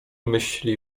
myśli